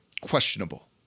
questionable